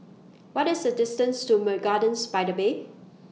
What IS The distance to Ma Gardens By The Bay